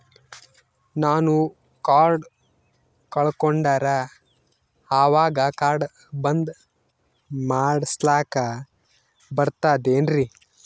ನಾನು ಕಾರ್ಡ್ ಕಳಕೊಂಡರ ಅವಾಗ ಕಾರ್ಡ್ ಬಂದ್ ಮಾಡಸ್ಲಾಕ ಬರ್ತದೇನ್ರಿ?